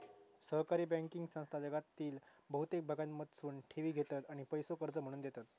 सहकारी बँकिंग संस्था जगातील बहुतेक भागांमधसून ठेवी घेतत आणि पैसो कर्ज म्हणून देतत